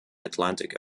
atlantic